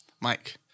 Mike